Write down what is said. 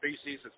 species